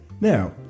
now